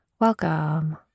Welcome